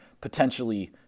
potentially